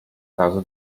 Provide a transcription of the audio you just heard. casa